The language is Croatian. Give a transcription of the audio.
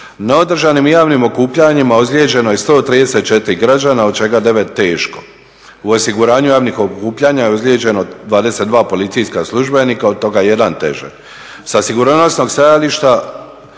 Na održanim javnim okupljanjima ozlijeđeno je 134 građana od čega 9 teško. U osiguranju javnih okupljanja je ozlijeđeno 22 policijska službenika, od toga 1 teže.